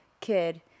kid